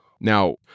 Now